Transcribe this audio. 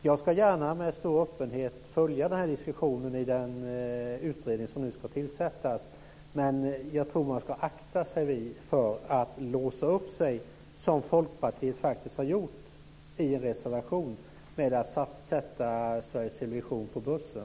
Jag ska gärna med stor öppenhet följa den här diskussionen i den utredning som nu ska tillsättas, men jag tror att man ska akta sig för att låsa sig som Folkpartiet faktiskt har gjort i en reservation när det gäller att sätta Sveriges Television på börsen.